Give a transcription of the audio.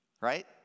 right